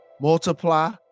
multiply